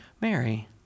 Mary